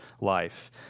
life